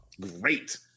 great